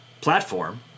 platform